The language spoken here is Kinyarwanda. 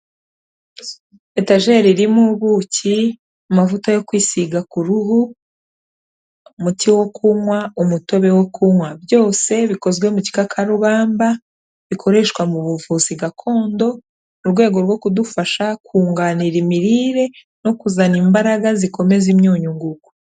Etajeri irimo ubuki, amavuta yo kwisiga ku ruhu, umuti wo kunywa, umutobe wo kunywa. Byose bikozwe mu gikakarubamba bikoreshwa mu buvuzi gakondo, mu rwego rwo kudufasha kunganira imirire no kuzana imbaraga zikomeza imyunyu ngugu.